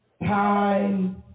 Time